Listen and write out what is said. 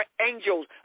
angels